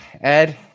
Ed